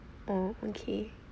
oh okay